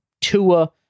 Tua